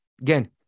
Again